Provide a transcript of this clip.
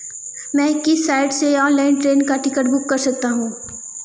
मैं किस साइट से ऑनलाइन ट्रेन का टिकट बुक कर सकता हूँ?